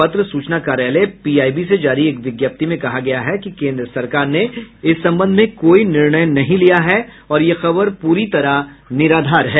पत्र सूचना कार्यालय पीआईबी से जारी एक विज्ञप्ति में कहा गया है कि केन्द्र सरकार ने इस संबंध में कोई निर्णय नहीं लिया है और यह खबर पूरी तरह निराधार है